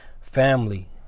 Family